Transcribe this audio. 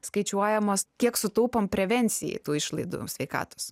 skaičiuojamos kiek sutaupom prevencijai tų išlaidų sveikatos